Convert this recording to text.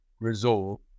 resort